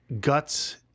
guts